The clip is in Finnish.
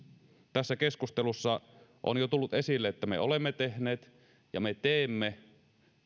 tässä keskustelussa on jo tullut esille että me olemme tehneet ja me teemme